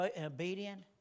obedient